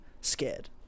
scared